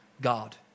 God